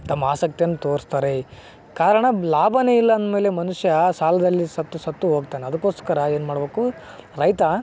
ತಮ್ಮ ಆಸಕ್ತಿಯನ್ನು ತೋರಿಸ್ತಾರೆ ಕಾರಣ ಲಾಭನೇ ಇಲ್ಲ ಅಂದಮೇಲೆ ಮನುಷ್ಯ ಸಾಲದಲ್ಲಿ ಸತ್ತು ಸತ್ತು ಹೋಗ್ತನ ಅದಕ್ಕೋಸ್ಕರ ಏನು ಮಾಡಬೇಕು ರೈತ